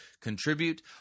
contribute